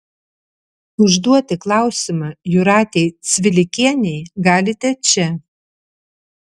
užduoti klausimą jūratei cvilikienei galite čia